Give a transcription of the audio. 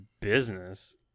business